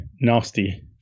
nasty